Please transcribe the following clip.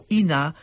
ina